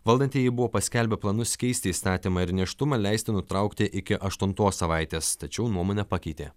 valdantieji buvo paskelbę planus keisti įstatymą ir nėštumą leisti nutraukti iki aštuntos savaitės tačiau nuomonę pakeitė